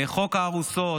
חוק הארוסות,